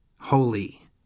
holy